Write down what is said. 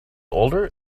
older